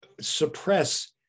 suppress